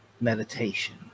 meditation